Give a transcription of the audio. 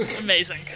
Amazing